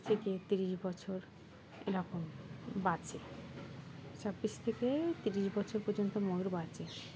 থেকে তিরিশ বছর এরকম বাঁচে ছাব্বিশ থেকে তিরিশ বছর পর্যন্ত ময়ূর বাঁচে